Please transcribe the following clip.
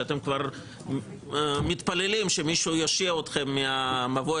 שאתם כבר מתפללים שמישהו יושיע אתכם מהמבוי